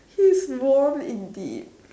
she's warm indeed